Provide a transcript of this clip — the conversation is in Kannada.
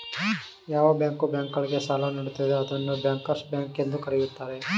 ಯಾವ ಬ್ಯಾಂಕು ಬ್ಯಾಂಕ್ ಗಳಿಗೆ ಸಾಲ ನೀಡುತ್ತದೆಯೂ ಅದನ್ನು ಬ್ಯಾಂಕರ್ಸ್ ಬ್ಯಾಂಕ್ ಎಂದು ಕರೆಯುತ್ತಾರೆ